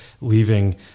leaving